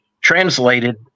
translated